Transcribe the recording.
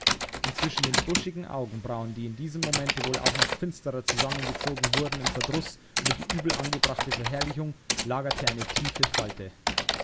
und zwischen den buschigen augenbrauen die in diesem momente wohl auch noch finsterer zusammengezogen wurden im verdruß über die übel angebrachte verherrlichung lagerte eine tiefe falte